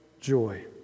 joy